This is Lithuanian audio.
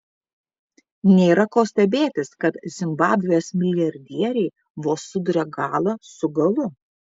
nėra ko stebėtis kad zimbabvės milijardieriai vos suduria galą su galu